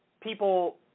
people